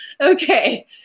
Okay